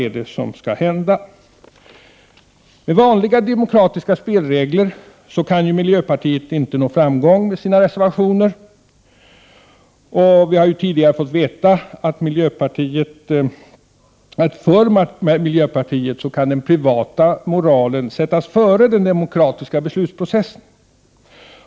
Än en gång - vad skall hända? Med vanliga demokratiska spelregler kan ju miljöpartiet inte nå framgång med sina reservationer. Vi har tidigare fått veta att för miljöpartiet kan den privata moralen sättas före den demokratiska beslutsprocessen.